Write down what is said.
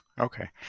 Okay